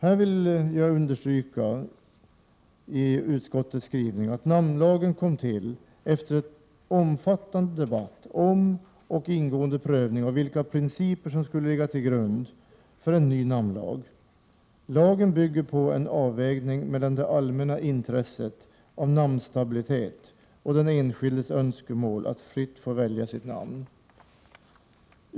Utskottet understryker i sin skrivning att namnlagen kom till efter en omfattande debatt om och ingående prövning av vilka principer som skulle ligga till grund för en namnlag. Lagen bygger på en avvägning mellan det allmänna intresset av namnstabilitet och den enskildes önskemål att fritt få välja sitt namn.